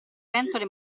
pentole